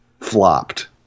flopped